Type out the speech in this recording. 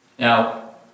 Now